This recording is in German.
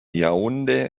yaoundé